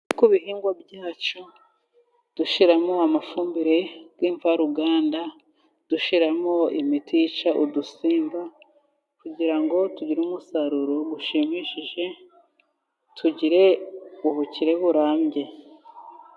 Kuko ibihingwa byacu dushyiramo amafumbire y'imvaruganda, dushyiramo imiti yica udusimba kugira ngo tugire umusaruro ushimishije tugire ubukire burambye.